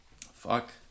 Fuck